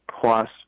plus